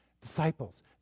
Disciples